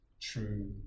true